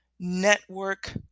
network